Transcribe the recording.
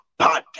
podcast